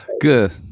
Good